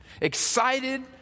excited